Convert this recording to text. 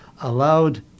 allowed